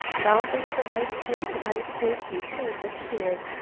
bounding from ice-cake to ice-cake he soon disappeared.